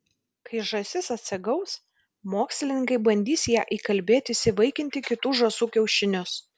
kai žąsis atsigaus mokslininkai bandys ją įkalbėti įsivaikinti kitų žąsų kiaušinius